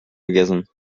gegessen